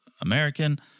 American